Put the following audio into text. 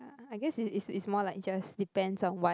I guess it's it's more like just depends on what